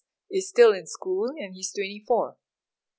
is still in school and he's twenty four